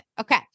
Okay